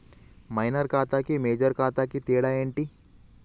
Minor ఖాతా కి major ఖాతా కి తేడా ఏంటి?